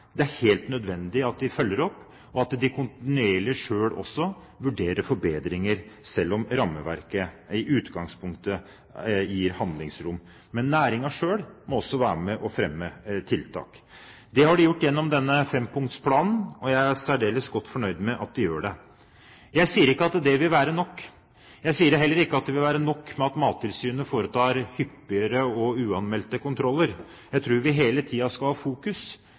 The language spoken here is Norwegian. Det er helt nødvendig at de følger opp og kontinuerlig også vurderer forbedringer, selv om rammeverket i utgangspunktet gir handlingsrom. Men næringen selv må også være med på å fremme tiltak. Det har de gjort gjennom denne fempunktsplanen, og jeg er særdeles godt fornøyd med at de gjør det. Jeg sier ikke at det vil være nok, og jeg sier heller ikke at det vil være nok at Mattilsynet foretar hyppigere og uanmeldte kontroller. Jeg tror vi hele tiden skal ha fokus